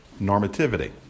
normativity